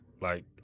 Like-